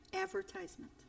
Advertisement